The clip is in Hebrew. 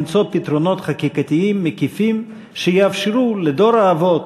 למצוא פתרונות חקיקתיים מקיפים שיאפשרו לדור האבות,